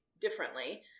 differently